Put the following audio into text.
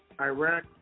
Iraq